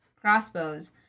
crossbows